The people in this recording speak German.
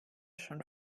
schon